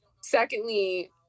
Secondly